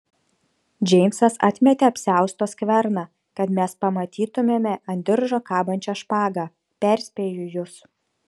džeimsas atmetė apsiausto skverną kad mes pamatytumėme ant diržo kabančią špagą perspėju jus